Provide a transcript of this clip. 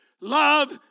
Love